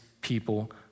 people